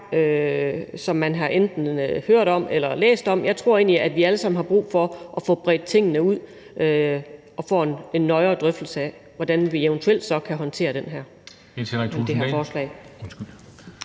som man enten har hørt om eller læst om. Jeg tror egentlig, at vi alle sammen har brug for at få bredt tingene ud, så vi får en nøjere drøftelse af, hvordan vi eventuelt kan håndtere det her forslag.